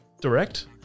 direct